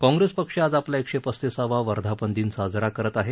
काँग्रेस पक्ष आज आपला एकशे पस्तीसावा वर्धापन दिन साजरा करत आहे